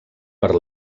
per